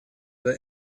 der